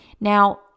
Now